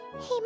Hey